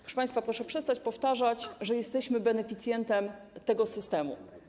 Proszę państwa, proszę przestać powtarzać, że jesteśmy beneficjentem tego systemu.